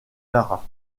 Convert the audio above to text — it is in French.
lara